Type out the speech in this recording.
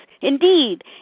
indeed